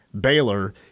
Baylor